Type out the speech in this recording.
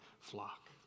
flock